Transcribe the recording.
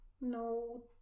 no